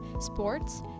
sports